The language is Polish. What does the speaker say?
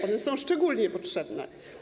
One są szczególnie potrzebne.